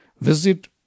Visit